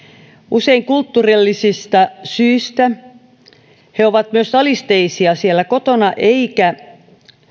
usein kulttuurillisista syistä ja ovat myös alisteisia siellä kotona eivätkä